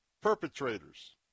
perpetrators